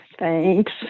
Thanks